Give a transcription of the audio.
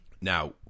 Now